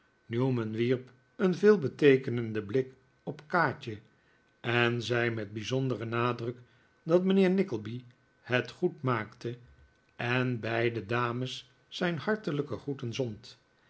newman wierp een veelbeteekenenden blik op kaatje en zei met bijzonderen nadruk dat mijnheer nickleby het goed maakte en beiden dames zijn hartelijke groeten zond